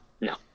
no